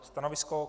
Stanovisko?